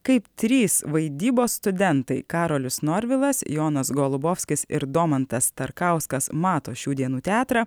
kaip trys vaidybos studentai karolis norvilas jonas golubovskis ir domantas starkauskas mato šių dienų teatrą